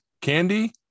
candy